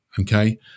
okay